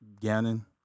Gannon